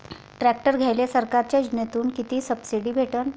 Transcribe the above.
Tractor घ्यायले सरकारच्या योजनेतून किती सबसिडी भेटन?